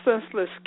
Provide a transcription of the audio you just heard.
senseless